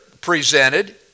presented